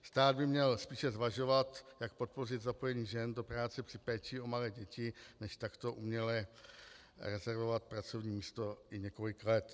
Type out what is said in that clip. Stát by měl spíše zvažovat, jak podpořit zapojení žen do práce při péči o malé děti než takto uměle rezervovat pracovní místo i několik let.